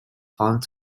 found